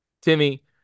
Timmy